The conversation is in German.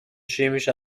chemische